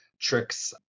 tricks